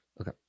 Okay